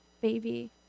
baby